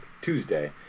Tuesday